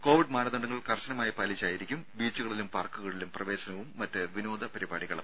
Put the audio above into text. Covid മാനദണ്ഡങ്ങൾ കർശനമായി പാലിച്ചായിരിക്കും ബീച്ചുകളിലും പാർക്കുകളിലും പ്രവേശനവും മറ്റ് വിനോദ പരിപാടികളും